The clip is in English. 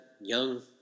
young